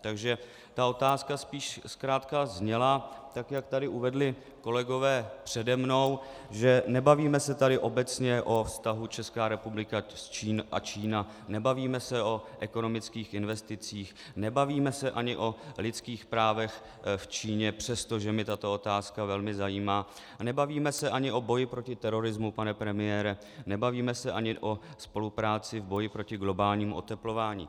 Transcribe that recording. Takže ta otázka spíš zkrátka zněla, tak jak tady uvedli kolegové přede mnou, že nebavíme se tady obecně o vztahu Česká republika a Čína, nebavíme se o ekonomických investicích, nebavíme se ani o lidských právech v Číně, přestože mě tato otázka velmi zajímá, a nebavíme se ani o boji proti terorismu, pane premiére, nebavíme se ani o spolupráci v boji proti globálnímu oteplování.